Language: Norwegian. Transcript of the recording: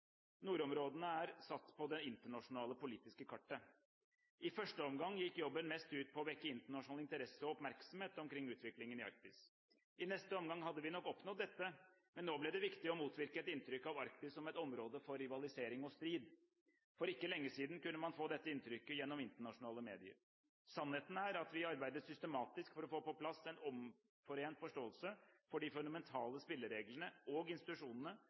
Nordområdene er satt på det internasjonale politiske kartet. I første omgang gikk jobben mest ut på å vekke internasjonal interesse og oppmerksomhet omkring utviklingen i Arktis. I neste omgang hadde vi nok oppnådd dette, men nå ble det viktig å motvirke et inntrykk av Arktis som et område for rivalisering og strid. For ikke lenge siden kunne man få dette inntrykket gjennom internasjonale medier. Sannheten er at vi arbeidet systematisk for å få på plass en omforent forståelse for de fundamentale spillereglene og institusjonene